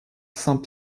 saint